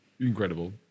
Incredible